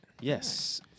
Yes